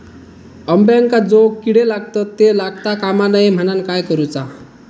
अंब्यांका जो किडे लागतत ते लागता कमा नये म्हनाण काय करूचा?